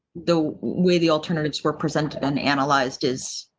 the way the alternatives were presented and analyzed is.